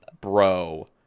bro